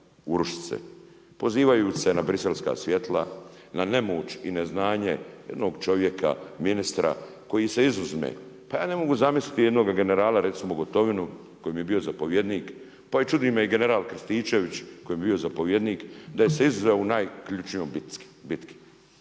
urušit se, pozivajući se na briselska svjetla, na nemoć i neznanje jednog čovjeka ministra koji se izuzme. Pa ja ne mogu zamisliti jednoga generala recimo Gotovinu koji mi je bio zapovjednik pa i čudi me i general Krstičević koji mi je bio zapovjednik da se je izuzeo u najključnijoj bitki